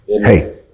Hey